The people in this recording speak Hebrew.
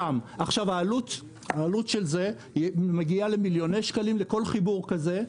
העלות של זה מגיעה למיליוני שקלים לכל חיבור כזה,